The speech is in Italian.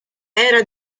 era